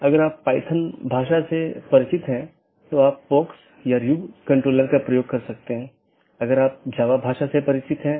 और यदि हम AS प्रकारों को देखते हैं तो BGP मुख्य रूप से ऑटॉनमस सिस्टमों के 3 प्रकारों को परिभाषित करता है